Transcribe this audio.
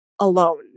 alone